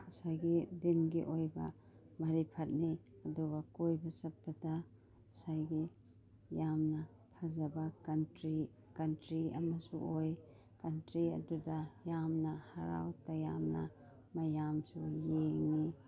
ꯉꯁꯥꯏꯒꯤ ꯗꯤꯟꯒꯤ ꯑꯣꯏꯕ ꯃꯔꯤꯐꯠꯅꯤ ꯑꯗꯨꯒ ꯀꯣꯏꯕ ꯆꯠꯄꯗ ꯉꯁꯥꯏꯒꯤ ꯌꯥꯝꯅ ꯐꯖꯕ ꯀꯟꯇ꯭ꯔꯤ ꯀꯟꯇ꯭ꯔꯤ ꯑꯃꯁꯨ ꯑꯣꯏ ꯀꯟꯇ꯭ꯔꯤ ꯑꯗꯨꯒ ꯌꯥꯝꯅ ꯍꯔꯥꯎ ꯇꯌꯥꯝꯅ ꯃꯌꯥꯝꯁꯨ ꯌꯦꯡꯏ